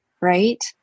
Right